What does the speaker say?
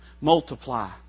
Multiply